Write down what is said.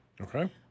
Okay